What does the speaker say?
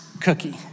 cookie